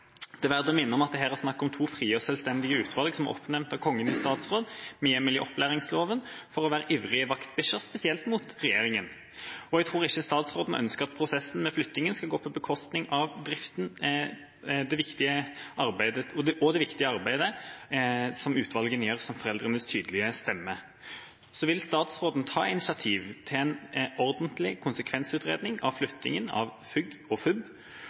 Det er verdt å minne om at det her er snakk om to frie og selvstendige utvalg som er oppnevnt av Kongen i statsråd med hjemmel i opplæringsloven for å være ivrige vaktbikkjer, spesielt mot regjeringen. Jeg tror ikke statsråden ønsker at prosessen med flyttingen skal gå på bekostning av driften og det viktige arbeidet som utvalgene gjør som foreldrenes tydelige stemme. «Vil statsråden ta initiativ til en ordentlig konsekvensvurdering av en flytting av FUG» – og FUB